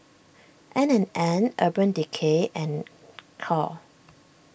N and N Urban Decay and Knorr